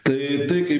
tai tai kaip